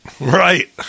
right